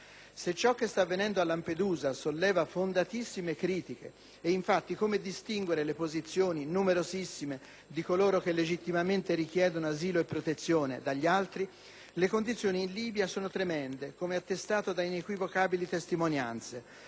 Se ciò che sta avvenendo a Lampedusa solleva fondatissime critiche (e infatti, come distinguere le posizioni - numerosissime - di coloro che legittimamente chiedono asilo e protezione dalle altre?), le condizioni in Libia sono tremende, come attestato da inequivocabili testimonianze.